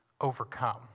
overcome